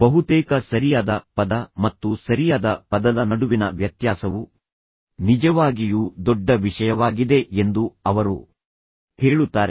ಬಹುತೇಕ ಸರಿಯಾದ ಪದ ಮತ್ತು ಸರಿಯಾದ ಪದದ ನಡುವಿನ ವ್ಯತ್ಯಾಸವು ನಿಜವಾಗಿಯೂ ದೊಡ್ಡ ವಿಷಯವಾಗಿದೆ ಎಂದು ಅವರು ಹೇಳುತ್ತಾರೆ